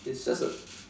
it's just a